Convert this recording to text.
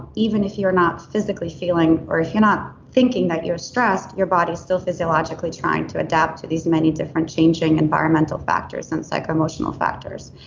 even if you're not physically feeling or if you're not thinking that you're stressed, your body is still physiologically trying to adapt to these many different changing environmental factors and psycho-emotional factors.